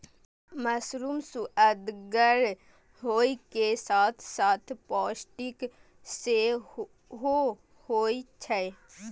mushroom सुअदगर होइ के साथ साथ पौष्टिक सेहो होइ छै